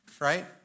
Right